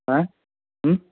ಹಾಂ ಹ್ಞೂ